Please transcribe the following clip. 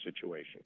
situation